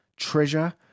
treasure